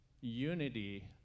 unity